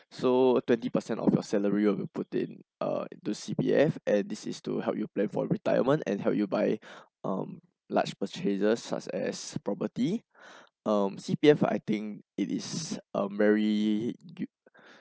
so twenty percent of your salary will be put in uh the C_P_F and this is to help you plan for retirement and help you buy large purchases such as property um C_P_F I think it is um a very good